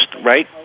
right